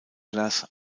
glass